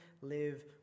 live